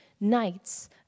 nights